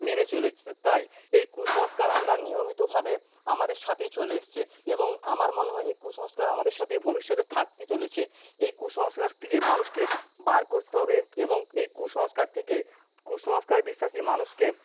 মেনে চলেছে তাই এই কুসংস্কার আমরা নিয়মিতভাবে আমাদের সাথেই চলে এসেছে এবং আমার মনে হয় এই কুসংস্কার আমাদের সাথেই ভবিষ্যতে থাকতে চলেছে এই কুসংস্কার থেকে মানুষকে বার করতে হবে এবং এই কুসংস্কার থেকে কুসংস্কার বিশ্বাসী মানুষকে